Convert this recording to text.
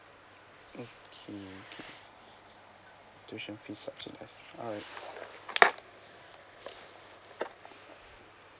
okay okay tuition fees subsidize alright